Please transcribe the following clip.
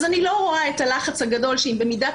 אז אני לא רואה את הלחץ הגדול ובמידת